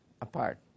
apart